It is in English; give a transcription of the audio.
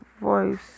voice